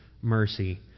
mercy